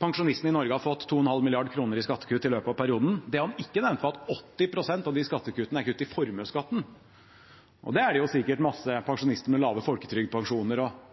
pensjonistene i Norge har fått 2,5 mrd. kr i skattekutt i løpet av perioden. Det han ikke nevnte, var at 80 pst. av de skattekuttene er kutt i formuesskatten. Det er det sikkert mange pensjonister med lave folketrygdpensjoner og